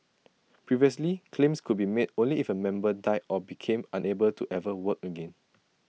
previously claims could be made only if A member died or became unable to ever work again